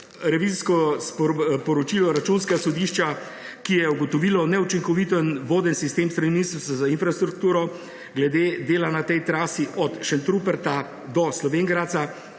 revizijsko poročilo Računskega sodišča, ki je ugotovilo neučinkoviten voden sistem s strani Ministrstva za infrastrukturo glede dela na tej trasi od Šentruperta do Slovenj Gradca,